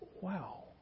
Wow